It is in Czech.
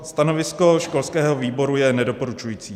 Stanovisko školského výboru je nedoporučující.